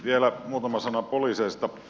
vielä muutama sana poliiseista